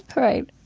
right.